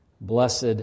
Blessed